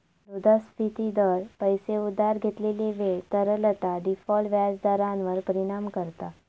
मुद्रास्फिती दर, पैशे उधार घेतलेली वेळ, तरलता, डिफॉल्ट व्याज दरांवर परिणाम करता